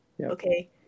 okay